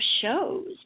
shows